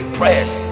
prayers